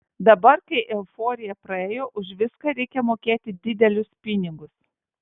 dabar kai euforija praėjo už viską reikia mokėti didelius pinigus